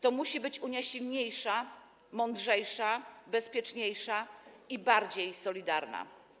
To musi być Unia silniejsza, mądrzejsza, bezpieczniejsza i bardziej solidarna.